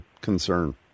concern